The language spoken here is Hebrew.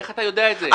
איך אתה יודע את זה?